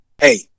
Hey